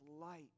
light